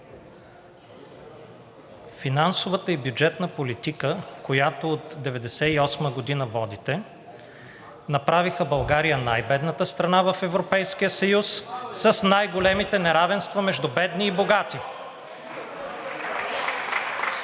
финансовата и бюджетна политика, която от 1998 г. водите, направи България най-бедната страна в Европейския съюз и с най големите неравенства между бедни и богати.